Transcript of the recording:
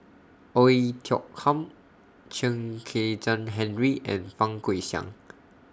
Oei Tiong Ham Chen Kezhan Henri and Fang Guixiang